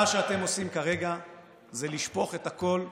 מה שאתם עושים כרגע זה לשפוך את הכול ביחד.